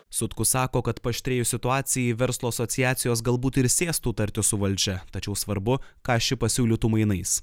sutkus sako kad paaštrėjus situacijai verslo asociacijos galbūt ir sėstų tartis su valdžia tačiau svarbu ką ši pasiūlytų mainais